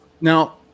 now